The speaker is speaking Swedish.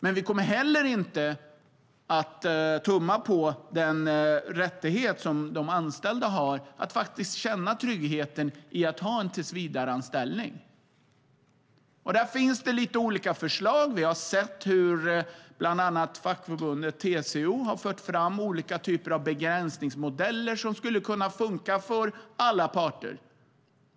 Men vi kommer inte heller att tumma på den rättighet som de anställda har att faktiskt känna tryggheten i att ha en tillsvidareanställning. Där finns det lite olika förslag. Vi har sett hur bland annat fackförbundet TCO har fört fram olika typer av olika begränsningsmodeller som skulle kunna funka för alla parter.